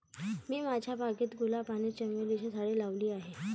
मी माझ्या बागेत गुलाब आणि चमेलीची झाडे लावली आहे